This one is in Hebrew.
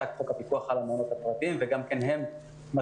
החוק לפיקוח על המעונות הפרטיים וגם הם מתחילים,